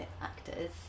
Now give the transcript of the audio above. actors